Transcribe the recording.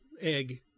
egg